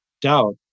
doubt